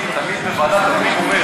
אני תמיד אומר בוועדת הפנים,